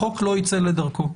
החוק לא ייצא לדרכו.